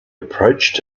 approached